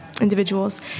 individuals